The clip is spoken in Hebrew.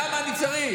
למה אני צריך?